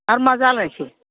आरो मा जालायखो